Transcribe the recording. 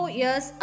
years